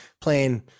playing